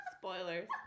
Spoilers